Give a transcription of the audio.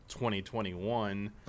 2021